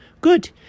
Good